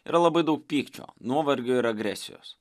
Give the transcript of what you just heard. yra labai daug pykčio nuovargio ir agresijos